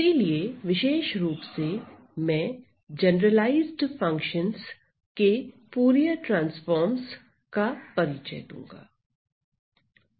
इसीलिए विशेष रूप से मैं जनरलाइज्ड फंक्शनस के फूरिये ट्रांसफार्मस का परिचय दूंगा